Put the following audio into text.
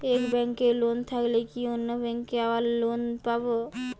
এক ব্যাঙ্কে লোন থাকলে কি অন্য ব্যাঙ্কে আবার লোন পাব?